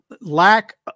lack